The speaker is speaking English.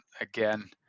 again